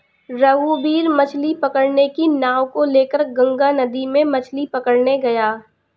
रघुवीर मछ्ली पकड़ने की नाव को लेकर गंगा नदी में मछ्ली पकड़ने गया